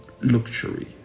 luxury